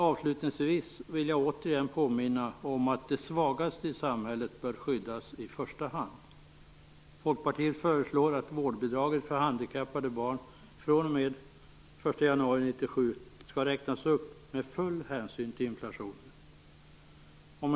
Avslutningsvis vill jag återigen påminna om att de svagaste i samhället bör skyddas i första hand. Folkpartiet föreslår att vårdbidraget för handikappade barn skall räknas upp med full hänsyn till inflationen fr.o.m. den 1 januari 1997.